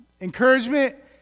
Encouragement